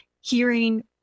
hearing